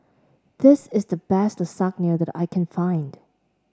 this is the best Lasagne that I can find